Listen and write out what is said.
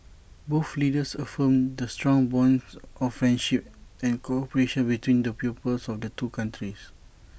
both leaders affirmed the strong bonds of friendship and cooperation between the peoples of the two countries